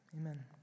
Amen